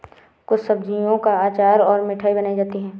कुछ सब्जियों का अचार और मिठाई बनाई जाती है